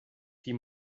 die